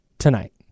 tonight